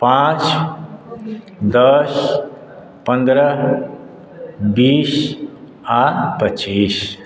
पाँच दस पन्द्रह बीस आ पच्चीस